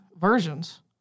versions